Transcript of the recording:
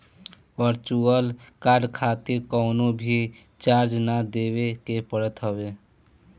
virtual card खातिर कवनो भी चार्ज ना देवे के पड़त हवे